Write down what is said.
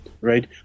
right